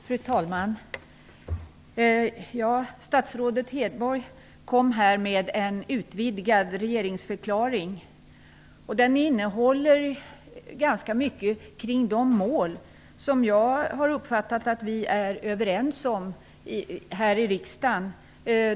Fru talman! Statsrådet Hedborg kom här med en utvidgad regeringsförklaring. Den innehöll ganska mycket om de mål som jag har uppfattat att vi är överens om här i riksdagen.